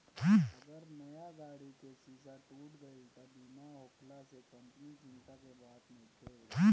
अगर नया गाड़ी के शीशा टूट गईल त बीमा होखला से कवनी चिंता के बात नइखे